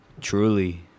Truly